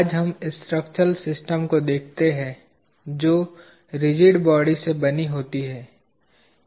आज हम structural systems को देखते हैं जो रिजिड बॉडी से बनी होती हैं